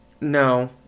No